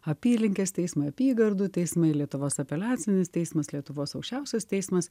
apylinkės teismai apygardų teismai lietuvos apeliacinis teismas lietuvos aukščiausias teismas